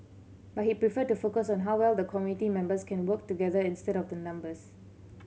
but he preferred to focus on how well the committee members can work together instead of the numbers